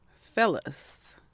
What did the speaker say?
Fellas